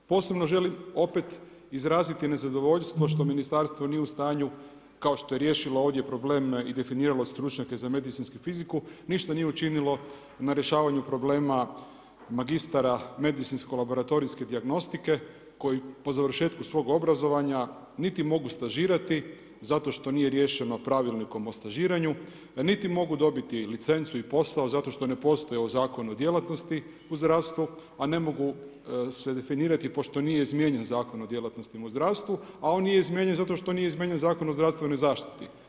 Posebno želim opet izraziti nezadovoljstvo što ministarstvo nije u stanju kao što je riješilo ovdje problem i definiralo stručnjake za medicinsku fiziku ništa nije učinilo na rješavanju problema magistara medicinsko-laboratorijske dijagnostike koji po završetku svog obrazovanja niti mogu stažirati zato što nije riješeno pravilnikom o stažiranju, niti mogu dobiti licencu i posao zato što ne postoje u Zakonu o djelatnosti u zdravstvu, a ne mogu se definirati pošto nije izmijenjen Zakon o djelatnostima u zdravstvu, a on nije izmijenjen zato što nije izmijenjen Zakon o zdravstvenoj zaštiti.